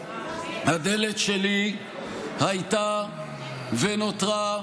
הדלת שלי הייתה ונותרה,